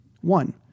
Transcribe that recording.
One